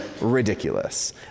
ridiculous